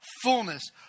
fullness